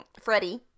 Freddie